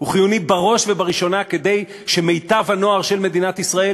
בראש ובראשונה כדי שמיטב הנוער של מדינת ישראל,